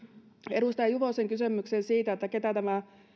edustaja juvosen kysymykseen siitä ketä tämä